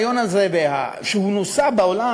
יש הרעיון הזה שנוסה בעולם,